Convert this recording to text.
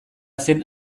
zen